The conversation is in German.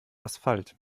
asphalt